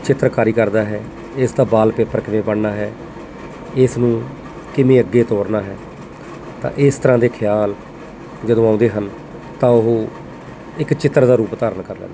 ਚਿੱਤਰਕਾਰੀ ਕਰਦਾ ਹੈ ਇਸ ਦਾ ਵਾਲਪੇਪਰ ਕਿਵੇਂ ਬਣਨਾ ਹੈ ਇਸ ਨੂੰ ਕਿਵੇਂ ਅੱਗੇ ਤੋਰਨਾ ਹੈ ਤਾਂ ਇਸ ਤਰ੍ਹਾਂ ਦੇ ਖਿਆਲ ਜਦੋਂ ਆਉਂਦੇ ਹਨ ਤਾਂ ਉਹ ਇੱਕ ਚਿੱਤਰ ਦਾ ਰੂਪ ਧਾਰਨ ਕਰ ਲੈਂਦਾ